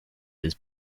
his